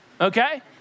okay